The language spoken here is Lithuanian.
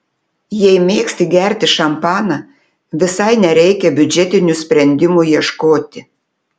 jei mėgsti gerti šampaną visai nereikia biudžetinių sprendimų ieškoti